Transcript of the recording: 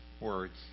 words